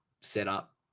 setup